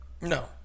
No